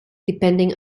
depending